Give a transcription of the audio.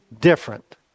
different